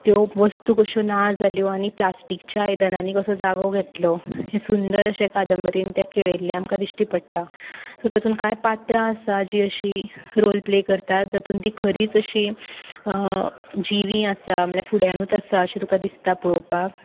त्यो वस्तू कश्यो ना जाल्यो आनी प्लास्टीकच्या आयदनांनी कसो जागो घेतलो हें सुंदर अशें कादंबरीन त्या केळयल्लें आमकां दिश्टी पडटा सो तातूंत कांय पात्रां आसा जीं अशीं राॅल प्ले करतात जातूंत तीं खरींच अशीं जिवीं आसा म्हळ्यार फुड्यांनूच आसा अशें तुका दिसता पळोवपाक